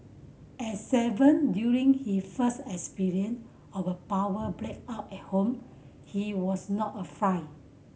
at seven during his first experience of a power blackout at home he was not afraid